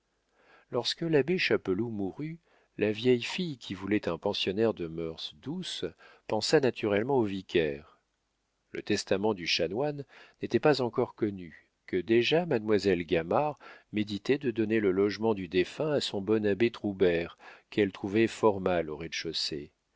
lorsque l'abbé chapeloud mourut la vieille fille qui voulait un pensionnaire de mœurs douces pensa naturellement au vicaire le testament du chanoine n'était pas encore connu que déjà mademoiselle gamard méditait de donner le logement du défunt à son bon abbé troubert qu'elle trouvait fort mal au rez-de-chaussée